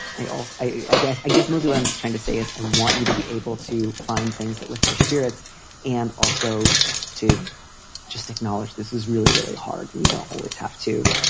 i also i guess i guess mostly i'm just trying to say, as i want you to be able to find things that lift your spirits and also to just acknowledge this is really, really hard and you don't always have to